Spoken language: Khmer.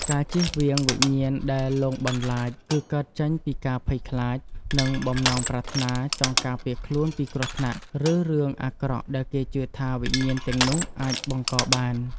ការជៀសវាងវិញ្ញាណដែលលងបន្លាច គឺកើតចេញពីការភ័យខ្លាច និងបំណងប្រាថ្នាចង់ការពារខ្លួនពីគ្រោះថ្នាក់ ឬរឿងអាក្រក់ដែលគេជឿថាវិញ្ញាណទាំងនោះអាចបង្កបាន។